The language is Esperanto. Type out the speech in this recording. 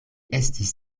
estis